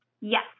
Yes